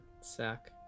sack